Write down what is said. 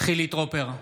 חילי טרופר,